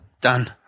Done